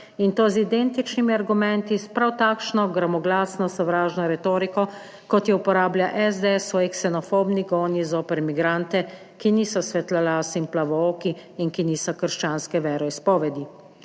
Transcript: in to z identičnimi argumenti. S prav takšno gromoglasno sovražno retoriko kot jo uporablja SDS / nerazumljivo/ ksenofobni goni zoper migrante, ki niso svetla las in plavooki in ki niso krščanske veroizpovedi.